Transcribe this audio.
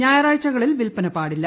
ഞായറാഴ്ചകളിൽ വിൽപ്പന പാടില്ല